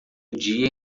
dia